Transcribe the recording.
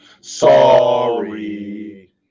sorry